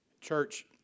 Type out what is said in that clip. Church